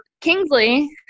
Kingsley